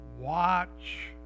watch